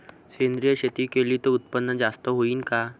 सेंद्रिय शेती केली त उत्पन्न जास्त होईन का?